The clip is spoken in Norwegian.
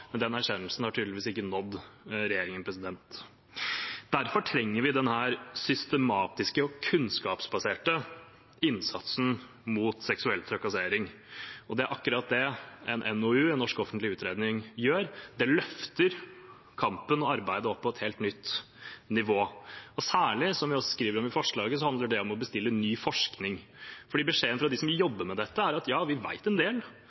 Den erkjennelsen har tydeligvis ikke nådd regjeringen. Derfor trenger vi denne systematiske og kunnskapsbaserte innsatsen mot seksuell trakassering. Det er akkurat det en NOU, en norsk offentlig utredning, gjør; den løfter kampen og arbeidet opp på et helt nytt nivå. Som vi også skriver om i forslaget, handler det særlig om å bestille ny forskning. Beskjeden fra dem som jobber med dette, er at de vet en del,